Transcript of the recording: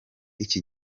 iki